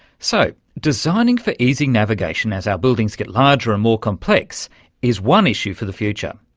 so, designing for easy navigation as our buildings get larger and more complex is one issue for the future,